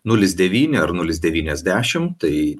nulis devyni ar nulis devyniasdešim tai